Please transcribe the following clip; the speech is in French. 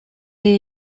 est